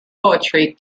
poetry